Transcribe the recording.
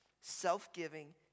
self-giving